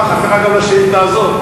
ככה קרה גם לשאילתא הזאת.